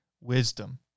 wisdom